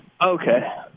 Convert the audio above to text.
Okay